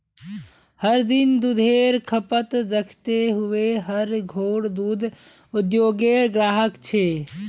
हर दिन दुधेर खपत दखते हुए हर घोर दूध उद्द्योगेर ग्राहक छे